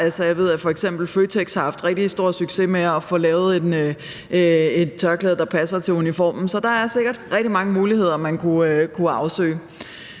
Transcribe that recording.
f.eks. Føtex har haft rigtig stor succes med at få lavet et tørklæde, der passer til deres uniform. Så der er sikkert rigtig mange muligheder, man kunne afsøge.